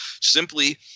simply